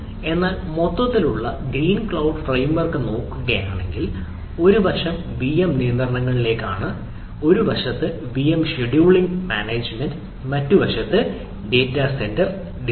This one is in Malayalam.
അതിനാൽ ഈ മൊത്തത്തിലുള്ള ഗ്രീൻ ക്ലൌഡ് ഫ്രെയിംവർക് നോക്കുകയാണെങ്കിൽ ഒരു വശം വിഎം നിയന്ത്രണങ്ങളിലേക്കാണ് ഒരു വശത്തു വിഎം ഷെഡ്യൂളിംഗ് മാനേജുമെന്റ് മറുവശത്ത് ഡാറ്റാ സെന്റർ ഡിസൈൻ